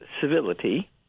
civility